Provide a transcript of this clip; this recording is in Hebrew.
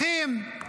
אחים.